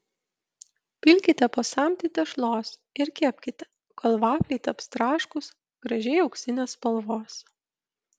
pilkite po samtį tešlos ir kepkite kol vafliai taps traškūs gražiai auksinės spalvos